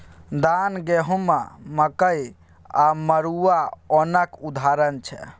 धान, गहुँम, मकइ आ मरुआ ओनक उदाहरण छै